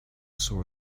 saw